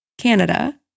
Canada